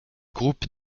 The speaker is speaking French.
groupe